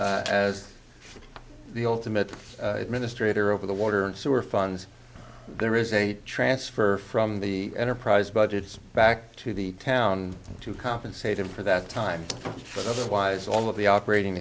as the ultimate administrator over the water and sewer funds there is a transfer from the enterprise budgets back to the town to compensate him for that time but otherwise all of the operating